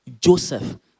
Joseph